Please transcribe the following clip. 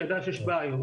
שהיא ידעה שיש בעיות,